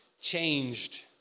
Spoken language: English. changed